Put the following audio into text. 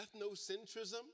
ethnocentrism